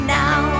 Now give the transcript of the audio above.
now